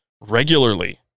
regularly